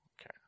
Okay